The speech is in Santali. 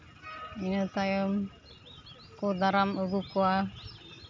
ᱤᱱᱟᱹ ᱛᱟᱭᱚᱢ ᱠᱚ ᱫᱟᱨᱟᱢ ᱟᱹᱜᱩ ᱠᱚᱣᱟ